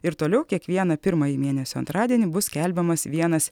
ir toliau kiekvieną pirmąjį mėnesio antradienį bus skelbiamas vienas